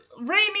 rainy